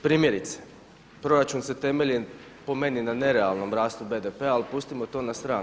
Primjerice, proračun se temelji po meni na nerealnom rastu BDP-a, ali pustimo to na stranu.